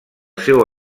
seu